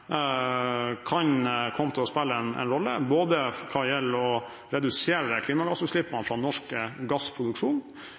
kan komme til å spille en rolle både hva gjelder å redusere klimagassutslippene fra norsk gassproduksjon, for å redusere klimagassutslippene fra global maritim transport og